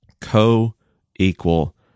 co-equal